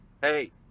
hey